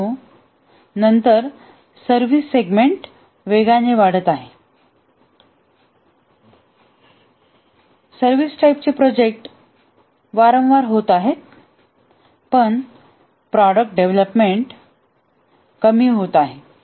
परंतु नंतर service segment वेगाने वाढत आहे सर्विस टाइप चे प्रोजेक्ट वारंवार होत आहेत प्रॉडक्ट डेव्हलपमेंट कमी होत आहे